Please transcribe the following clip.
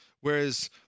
whereas